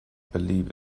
believe